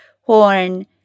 horn